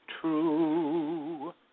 true